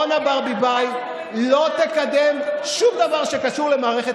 אורנה ברביבאי לא תקדם שום דבר שקשור למערכת